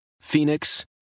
Phoenix